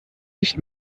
nicht